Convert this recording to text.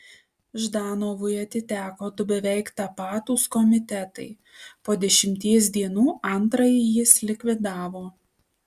ždanovui atiteko du beveik tapatūs komitetai po dešimties dienų antrąjį jis likvidavo